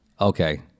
okay